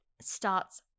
starts